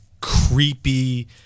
creepy